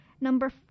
Number